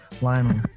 Lionel